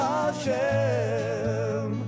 Hashem